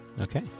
Okay